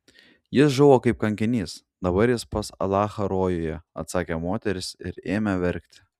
jis žuvo kaip kankinys dabar jis pas alachą rojuje atsakė moteris ir ėmė verkti